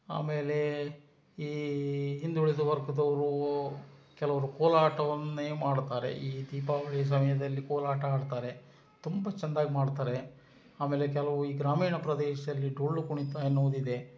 ಆಮೇಲೆ ಈ ಹಿಂದುಳಿದ ವರ್ಗದವರು ಕೆಲವರು ಕೋಲಾಟವನ್ನೇ ಮಾಡುತ್ತಾರೆ ಈ ದೀಪಾವಳಿಯ ಸಮಯದಲ್ಲಿ ಕೋಲಾಟ ಆಡ್ತಾರೆ ತುಂಬ ಚೆಂದಾಗಿ ಮಾಡ್ತಾರೆ ಆಮೇಲೆ ಕೆಲವು ಈ ಗ್ರಾಮೀಣ ಪ್ರದೇಶದಲ್ಲಿ ಡೊಳ್ಳುಕುಣಿತ ಎನ್ನುವುದಿದೆ